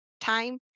time